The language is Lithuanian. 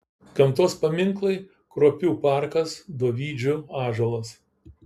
gamtos paminklai kruopių parkas dovydžių ąžuolas